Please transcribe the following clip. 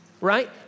right